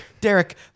Derek